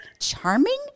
charming